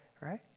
Right